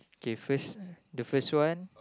okay first the first one